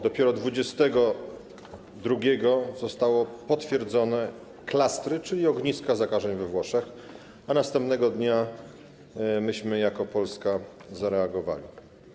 Dopiero dwudziestego drugiego zostały potwierdzone klastry, czyli ogniska zakażeń we Włoszech, a następnego dnia jako Polska zareagowaliśmy.